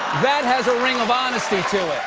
that has a ring of honesty to